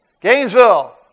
Gainesville